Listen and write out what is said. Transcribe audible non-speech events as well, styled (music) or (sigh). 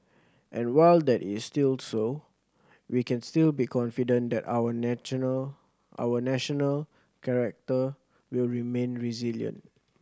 and while that is still so we can still be confident that our (unintelligible) our national character will remain resilient